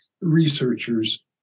researchers